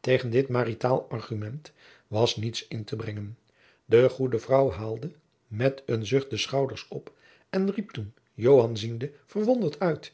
tegen dit maritaal argument was niets in te brengen de goede vrouw haalde met een zucht de schouders op en riep toen joan ziende verwonderd uit